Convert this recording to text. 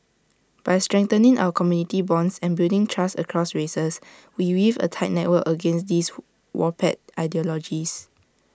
by strengthening our community bonds and building trust across races we weave A tight network against these who warped ideologies